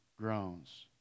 groans